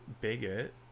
bigot